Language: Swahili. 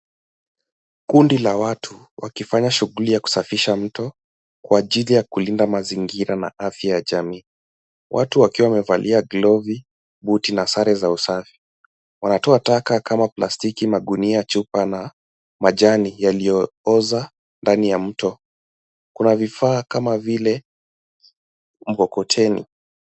Kundi la watu wakifanya shughuli ya kusafisha mto kwa ajili ya kulinda mazingira na afya ya jamii. Watu wakiwa wamevalia glovu, buti na sare za usafi, wanatoa taka kama: plastiki, magunia, chupa na majani yaliyooza, ndani ya mto. Kuna vifaa kama vile mkokoteni.